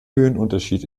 höhenunterschied